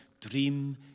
dream